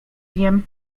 wiem